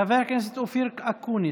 חבר הכנסת אופיר אקוניס.